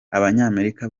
abanyamerika